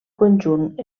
conjunt